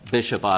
Bishop